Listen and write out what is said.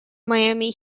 miami